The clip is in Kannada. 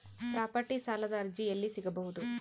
ಪ್ರಾಪರ್ಟಿ ಸಾಲದ ಅರ್ಜಿ ಎಲ್ಲಿ ಸಿಗಬಹುದು?